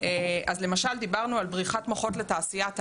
אז למשל דיברנו על בריחת מוחות לתעשיית ההייטק,